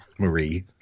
Marie